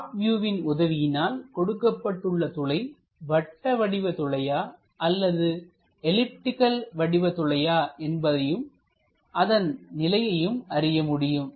top வியூவின் உதவியினால் கொடுக்கப்பட்டுள்ள துளை வட்ட வடிவ துளையா அல்லது எலிப்டிக்கல் வடிவ துளையா என்பதையும் அதன் நிலையையும் அறிய முடியும்